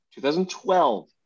2012